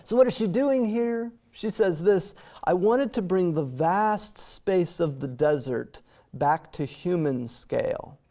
so what is she doing here? she says this i wanted to bring the vast space of the desert back to human scale.